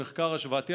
במחקר השוואתי,